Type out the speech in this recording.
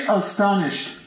astonished